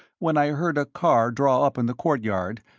when i heard a car draw up in the courtyard,